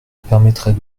permettrait